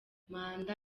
manda